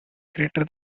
greater